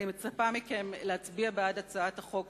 אני מצפה מכם להצביע בעד הצעת החוק,